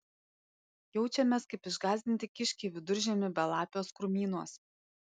jaučiamės kaip išgąsdinti kiškiai viduržiemį belapiuos krūmynuos